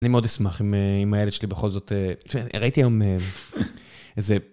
אני מאוד אשמח עם הילד שלי בכל זאת. ראיתי היום איזה...